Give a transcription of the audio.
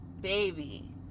Baby